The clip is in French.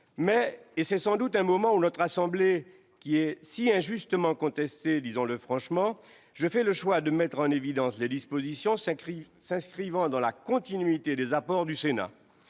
Néanmoins, et sans doute à un moment où notre assemblée est si injustement contestée, disons-le franchement, je fais le choix de mettre en évidence les dispositions s'inscrivant dans la continuité des apports du Sénat